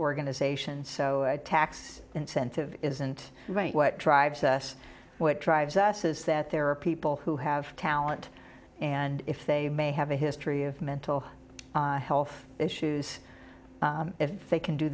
organization so tax incentive isn't right what drives us what drives us is that there are people who have talent and if they may have a history of mental health issues if they can do